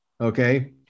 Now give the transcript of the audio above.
Okay